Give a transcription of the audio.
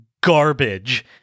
garbage